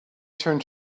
turned